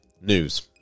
News